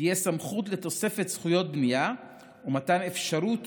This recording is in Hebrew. תהיה סמכות לתוספת זכויות בנייה ומתן אפשרות